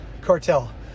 cartel